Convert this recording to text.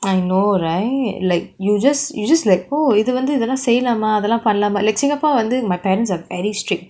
I know right like you just you just like oh இது வந்து இதெல்லாம் செய்லாமா அதெல்லாம் பண்லாமா:ithu vanthu ithaelaam seilaamaa athaelaam panlaamaa like singapore வந்து:vanthu my parents are very strict